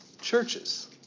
churches